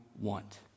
want